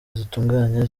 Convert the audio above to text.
zitunganya